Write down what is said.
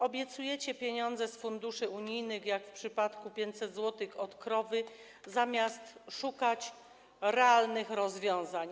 Obiecujecie pieniądze z funduszy unijnych, jak w przypadku 500 zł od krowy, zamiast szukać realnych rozwiązań.